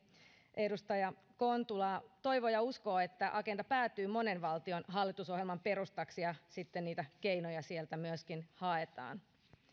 edustaja kontulaa toivoo ja uskoo että agenda päätyy monen valtion hallitusohjelman perustaksi ja sitten niitä keinoja sieltä myöskin haetaan